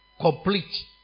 complete